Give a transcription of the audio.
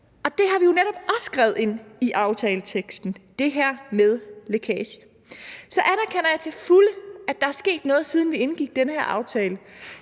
og det har vi jo netop også skrevet ind i aftaleteksten: det her med lækage. Så anerkender jeg til fulde, at der er sket noget, siden vi indgik den her aftale.